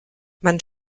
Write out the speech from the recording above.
man